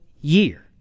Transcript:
year